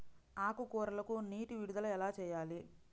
ఆకుకూరలకు నీటి విడుదల ఎలా చేయాలి?